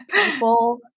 People